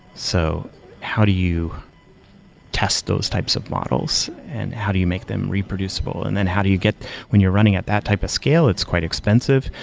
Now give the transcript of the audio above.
so how do you test those types of models and how do you make them reproducible and then how do you get when you're running at that type of scale, it's quite expensive,